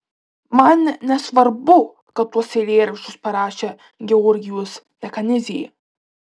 man nesvarbu kad tuos eilėraščius parašė georgijus dekanidzė